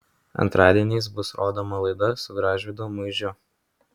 antradieniais bus rodoma laida su gražvydu muižiu